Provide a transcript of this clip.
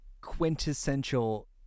quintessential